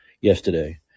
yesterday